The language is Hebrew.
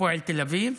הפועל תל אביב,